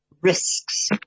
risks